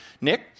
Nick